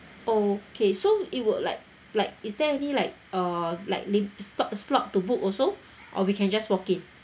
okay so it would like like is there any like uh like lim~ slot slot to book also or we can just walk in